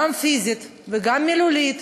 גם פיזית וגם מילולית,